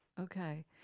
Okay